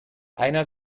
einer